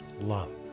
love